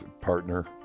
partner